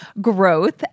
growth